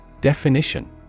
Definition